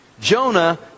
Jonah